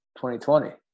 2020